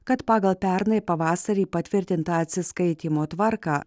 kad pagal pernai pavasarį patvirtintą atsiskaitymo tvarką